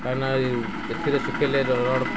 କାହିଁକିନା ସେଥିରେ ଶୁଖେଇଲେ ରଡ଼୍